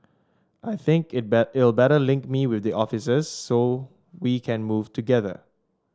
I think it it'll better link me with the officers so we can move together